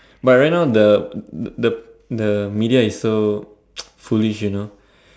but right now the the the media is so foolish you know